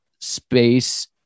space